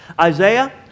Isaiah